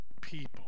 people